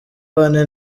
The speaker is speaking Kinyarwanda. bane